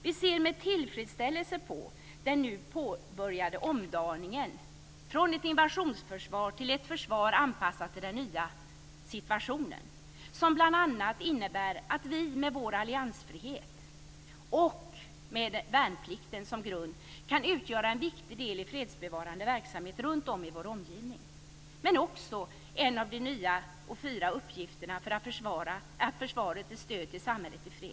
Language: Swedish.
Vi ser med tillfredsställelse på den nu påbörjade omdaningen från ett invasionsförsvar till ett försvar anpassat till den nya situationen, som bl.a. innebär att vi med vår alliansfrihet och med värnplikten som grund kan utgöra en viktig del i fredsbevarande verksamhet runtom i vår omgivning men också att en av de fyra uppgifterna för försvaret är stöd till samhället i fred.